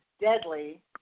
deadly